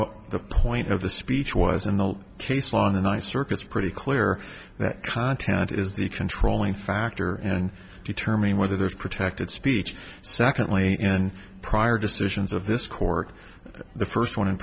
what the point of the speech was in the case on a nice circuits pretty clear that content is the controlling factor in determining whether there's protected speech secondly in prior decisions of this court the first one in